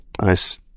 Nice